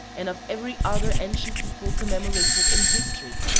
and of every other ancient people commemorated in history,